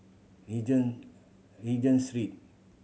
Regent Regent Street